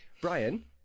Brian